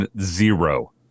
zero